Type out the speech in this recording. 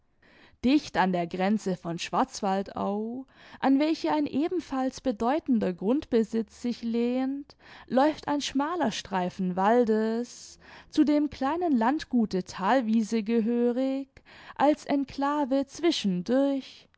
dicht an der grenze von schwarzwaldau an welche ein ebenfalls bedeutender grundbesitz sich lehnt läuft ein schmaler streifen waldes zu dem kleinen landgute thalwiese gehörig als enclave